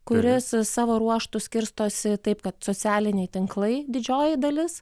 kuris savo ruožtu skirstosi taip kad socialiniai tinklai didžioji dalis